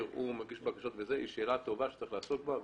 הוא האדם שמגיש את הבקשות היא שאלה טובה שצריך לעסוק בה,